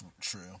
True